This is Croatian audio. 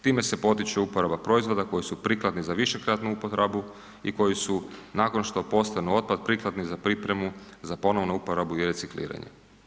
Time se potiče uporaba proizvoda koji su prikladni za višekratnu upotrebu i koji su nakon što postanu otpad prikladni za pripremu za ponovnu uporabu i recikliranje.